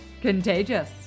contagious